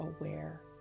aware